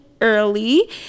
early